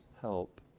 help